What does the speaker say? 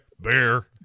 bear